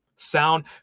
sound